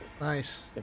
nice